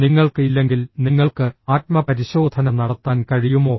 നിങ്ങൾക്ക് ഇല്ലെങ്കിൽ നിങ്ങൾക്ക് ആത്മപരിശോധന നടത്താൻ കഴിയുമോ